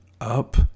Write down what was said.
up